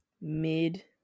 mid